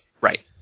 Right